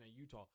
Utah